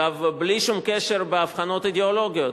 ואגב בלי שום קשר להבחנות אידיאולוגיות.